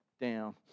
down